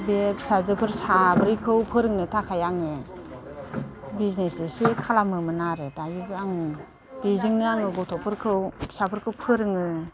बे फिसाजोफोर साब्रैखौ फोरोंनो थाखाय आङो बिजनेस एसे खालामोमोन आरो दायो आं बेजोंनो आङो गथ'फोरखौ फिसाफोरखौ फोरोङो